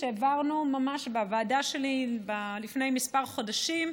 שהעברנו ממש בוועדה שלי לפני כמה חודשים,